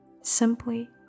simply